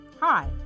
hi